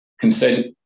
Consent